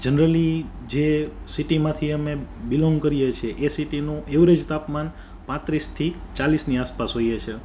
generally જે સિટીમાંથી અમે બિલોન્ગ કરીએ છીએ એ સિટીનું એવરેજ તાપમાન પાંત્રીસથી ચાલીસની આસપાસ હોઈએ છે